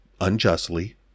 unjustly